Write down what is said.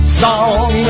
song